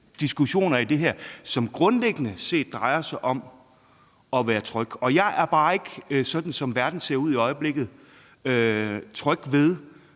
diskussioner i det her, som grundlæggende set drejer sig om at være tryg. Og jeg er bare ikke, sådan som verden ser ud i øjeblikket, tryg ved,